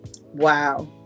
Wow